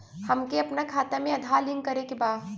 हमके अपना खाता में आधार लिंक करें के बा?